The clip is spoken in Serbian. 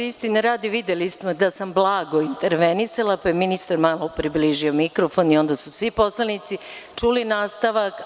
Istine radi, videli smo da sam blago intervenisala, pa je ministar malo približio mikrofon i onda su svi poslanici čuli nastavak.